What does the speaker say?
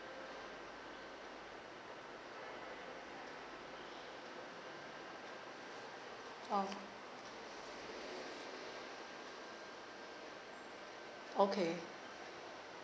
oh okay